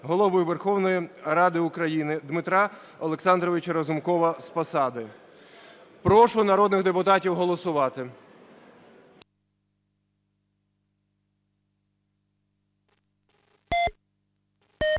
Голови Верховної Ради України Дмитра Олександровича Разумкова з посади. Прошу народних депутатів голосувати.